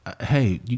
Hey